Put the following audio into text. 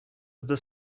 zde